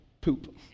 poop